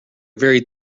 very